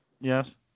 Yes